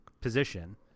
position